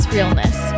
Realness